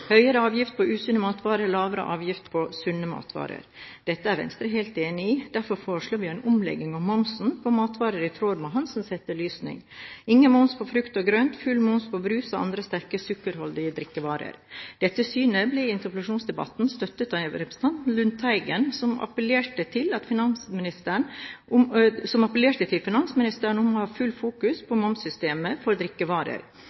høyere avgift på usunne matvarer, lavere avgift på sunne matvarer. Dette er Venstre helt enig i. Derfor foreslår vi en omlegging av momsen på matvarer i tråd med Hansens etterlysning: ingen moms på frukt og grønt, full moms på brus og andre sterkt sukkerholdige drikkevarer. Dette synet ble i interpellasjonsdebatten støttet av representanten Lundteigen, som appellerte til finansministeren om å ha fullt fokus